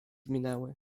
minęły